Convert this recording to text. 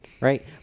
right